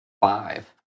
five